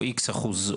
או X אחוז,